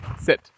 Sit